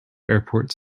airport